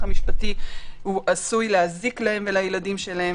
המשפטי עשוי להזיק להם ולילדים שלהם,